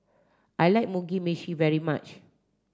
I like Mugi Meshi very much